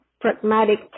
pragmatic